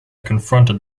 confronted